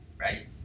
Right